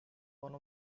one